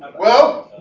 well